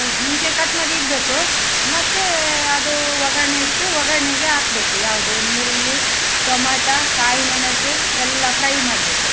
ಮುಂಚೆಯೇ ಕಟ್ ಮಾಡಿ ಇಡಬೇಕು ಮತ್ತೆ ಅದು ಒಗ್ಗರಣೆ ಇಟ್ಟು ಒಗ್ಗರಣೆಗೆ ಹಾಕ್ಬೇಕು ಯಾವುದು ಈರುಳ್ಳಿ ಟೊಮೆಟ ಕಾಯಿ ಮೆಣಸು ಎಲ್ಲ ಫ್ರೈ ಮಾಡಬೇಕು